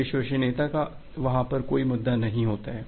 विश्वसनीयता का वहाँ कोई मुद्दा नहीं है